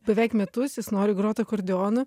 beveik metus jis nori grot akordeonu